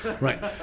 Right